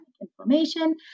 inflammation